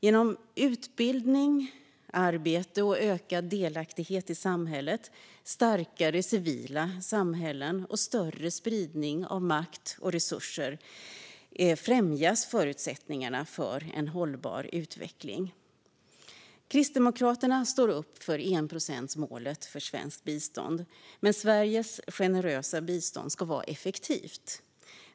Genom utbildning, arbete och ökad delaktighet i samhället, starkare civila samhällen och större spridning av makt och resurser främjas förutsättningarna för en hållbar utveckling. Kristdemokraterna står upp för enprocentmålet för svenskt bistånd, men Sveriges generösa bistånd ska vara effektivt.